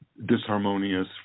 disharmonious